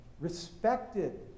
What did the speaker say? respected